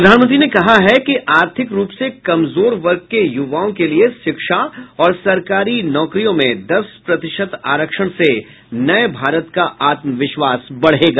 प्रधानमंत्री ने कहा कि आर्थिक रूप से कमजोर वर्ग के युवाओं के लिए शिक्षा और सरकारी नौकरियों में दस प्रतिशत आरक्षण से नये भारत का आत्मविश्वास बढ़ेगा